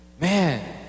Man